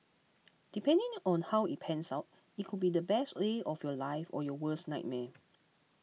depending on how it pans out it could be the best day of your life or your worst nightmare